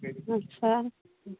अच्छा